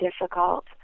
difficult